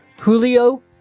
Julio